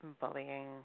bullying